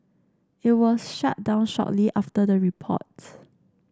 it was shut down shortly after the report